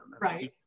Right